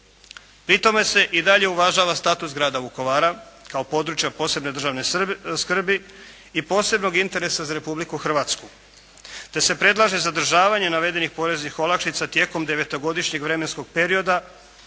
Pritome se i dalje uvažava status grada Vukovara kao područja posebne državne skrbi i posebnog interesa za Republiku Hrvatsku te se predlaže zadržavanje navedenih poreznih olakšice tijekom devetogodišnjeg vremenskog perioda,